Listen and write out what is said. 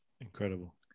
incredible